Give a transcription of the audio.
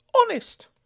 Honest